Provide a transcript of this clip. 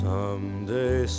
Someday